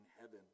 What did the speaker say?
heaven